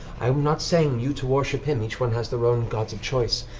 i'm not saying you to worship him each one has their own gods of choice.